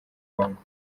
congo